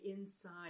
inside